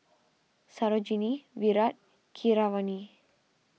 Sarojini Virat Keeravani